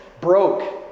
broke